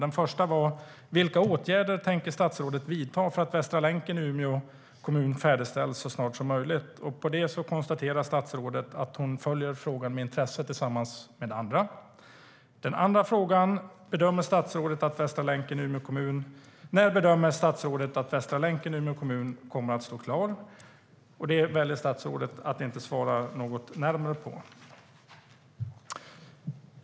Den första var: Vilka åtgärder tänker statsrådet vidta för att Västra länken i Umeå kommun färdigställs så snart som möjligt? Som svar på den frågan konstaterar statsrådet att hon och andra följer frågan med intresse. Den andra frågan var: När bedömer statsrådet att Västra länken i Umeå kommun kommer att stå klar? Det väljer statsrådet att inte svara närmare på.